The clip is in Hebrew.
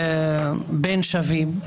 בין שווים,